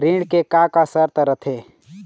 ऋण के का का शर्त रथे?